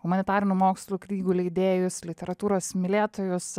humanitarinių mokslų knygų leidėjus literatūros mylėtojus